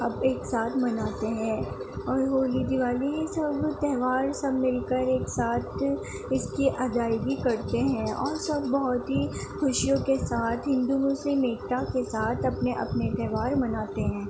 اب ایک ساتھ مناتے ہیں اور ہولی دیوالی یہ سب تہوار سب مل کر ایک ساتھ اس کی ادائیگی کرتے ہیں اور سب بہت ہی خوشیوں کے ساتھ ہندو مسلم ایکتا کے ساتھ اپنے اپنے تہوار مناتے ہیں